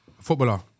Footballer